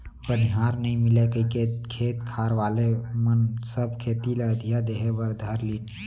बनिहार नइ मिलय कइके खेत खार वाले मन सब खेती ल अधिया देहे बर धर लिन